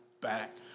back